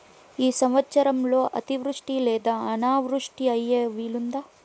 ఈ సంవత్సరంలో అతివృష్టి లేదా అనావృష్టి అయ్యే వీలుందా?